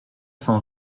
cent